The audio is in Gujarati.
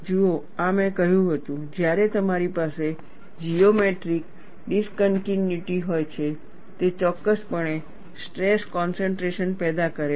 જુઓ આ મેં કહ્યું હતું જ્યારે તમારી પાસે જીઓમેટ્રિક ડિસકન્ટીન્યુટી હોય છે તે ચોક્કસપણે સ્ટ્રેસ કોન્સન્ટ્રેશન પેદા કરે છે